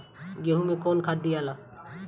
गेहूं मे कौन खाद दियाला?